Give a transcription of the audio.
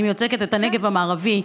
אני מייצגת את הנגב המערבי.